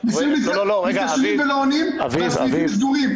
אנשים מתקשרים ולא עונים והסניפים סגורים.